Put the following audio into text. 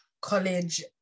college